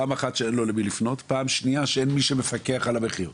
פעם אחת אין לו למי לפנות ופעם שנייה שאין מי שמפקח על המחיר.